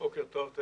בוקר טוב.